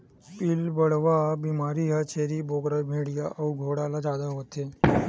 पिलबढ़वा बेमारी ह छेरी बोकराए भेड़िया अउ घोड़ा ल जादा होथे